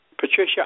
Patricia